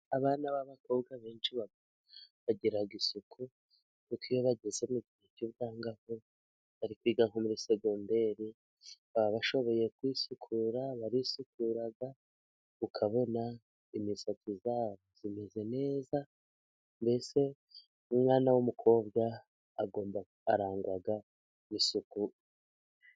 Abana b'abakobwa benshi bagira isuku, kuko iyo bagezemo mu gihe cy'ubwangavu bari kwiga nko muri segonderi, baba bashoboye kwisukura barisukura ,ukabona imisatsi yabo imeze neza ,mbese umwana w'umukobwa agomba arangwa n'isuku.